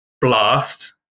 Blast